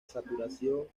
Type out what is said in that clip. saturación